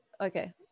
Okay